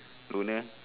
loner